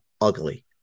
ugly